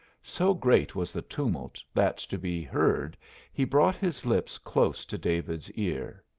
so great was the tumult that to be heard he brought his lips close to david's ear.